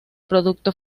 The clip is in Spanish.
producto